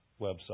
website